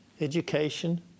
education